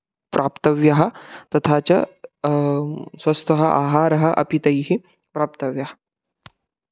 प्राप्तव्यं तथा च स्वस्थः आहारः अपि तैः प्राप्तव्यः